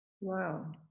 Wow